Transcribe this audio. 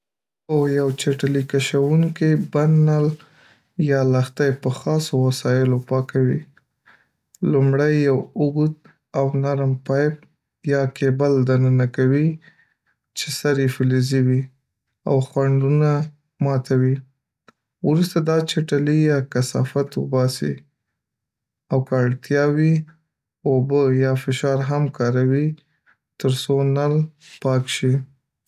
هو، یو چټلي کشوونکی بند نل یا لښتی په خاصو وسایلو پاکوي. لومړی، یو اوږد او نرم پایپ یا کیبل دننه کوي چې سر یې فلزي وي او خنډونه ماتوي، وروسته دا چټلي یا کثافات وباسي او که اړتیا وي، اوبه یا فشار هم کاروي ترڅو نل پاک شي.